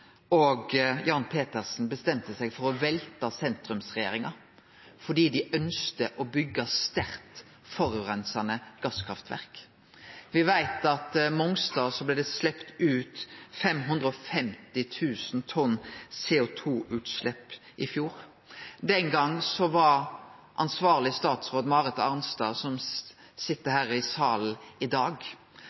og Jan Petersen bestemte seg for å velte sentrumsregjeringa fordi dei ønskte å byggje eit sterkt forureinande gasskraftverk. Me veit at ved Mongstad blei det sleppt ut 550 000 tonn CO 2 i fjor. Den gongen var ansvarleg statsråd Marit Arnstad, som sit her i salen i dag.